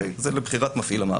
זה לבחירת מפעיל המערכת.